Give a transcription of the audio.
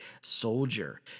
soldier